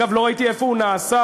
אגב, לא ראיתי איפה הוא נעשה.